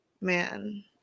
Man